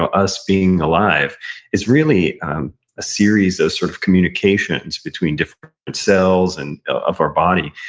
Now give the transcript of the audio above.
ah us being alive is really a series of sort of communications, between different cells and of our body,